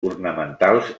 ornamentals